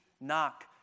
knock